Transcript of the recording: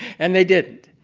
and they didn't.